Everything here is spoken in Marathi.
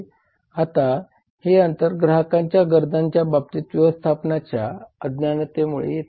आता हे अंतर ग्राहकांच्या गरजांबाबतीत व्यवस्थापनाच्या अज्ञानामुळे आहे